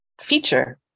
feature